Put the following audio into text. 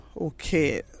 Okay